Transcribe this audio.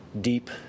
deep